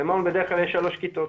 במעון בדרך כלל יש שלוש כיתות.